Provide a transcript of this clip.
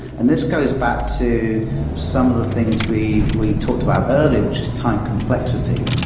and this goes back to some of the things we we talked about earlier, which is time complexity.